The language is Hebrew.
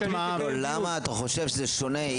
למה אתה חושב שזה שונה?